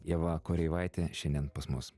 ieva koreivaitė šiandien pas mus